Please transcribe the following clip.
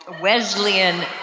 Wesleyan